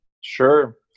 Sure